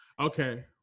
Okay